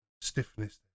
Stiffness